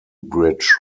bridge